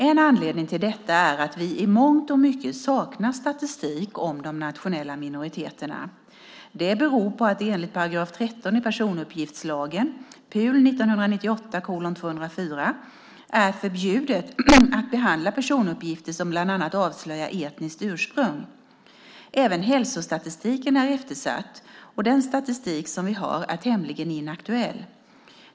En anledning till detta är att vi i mångt och mycket saknar statistik om de nationella minoriteterna. Det beror på att det enligt 13 § i personuppgiftslagen är förbjudet att behandla personuppgifter som bland annat avslöjar etniskt ursprung. Även hälsostatistiken är eftersatt, och den statistik som vi har är tämligen inaktuell.